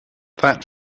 that